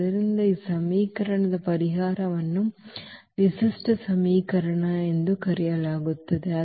ಆದ್ದರಿಂದ ಈ ಸಮೀಕರಣದ ಪರಿಹಾರವನ್ನು ವಿಶಿಷ್ಟ ಸಮೀಕರಣ ಎಂದು ಕರೆಯಲಾಗುತ್ತದೆ